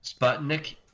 Sputnik